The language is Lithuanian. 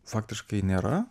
faktiškai nėra